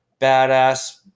badass